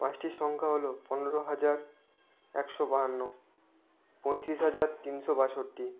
পাঁচটি সংখ্যা হলো পনেরো হাজার একশো বাহান্ন পঁয়ত্রিশ হাজার তিনশো বাষট্টি